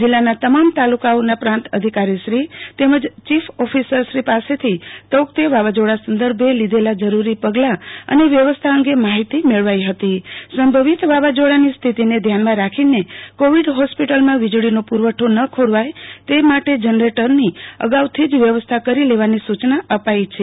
જિલ્લાના તમામ તાલુકાઓના પ્રાંત અધિકારીશ્રી તેમજ ચીફ ઓફિસરશ્રી પાસેથી તૌકતે વાવાઝોડા સંદર્ભે લીધેલા જરૂરી પગલાં અને જરૂરી વ્યવસ્થા અંગે માહિતી મેળવી ફતી સંભવિત વાવાઝોડાની સ્થિતીને ધ્યાનમાં રાખીને કોવિડ ફોસ્પિટલ્સમાં વિજ પૂરવઠો ખોરવાય તો અગાઉથી જનરેટર ની અગાઉથી જ વ્યવસ્થા કરી લેવાની સુચના અપાઈ છે